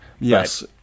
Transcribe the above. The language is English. Yes